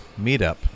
meetup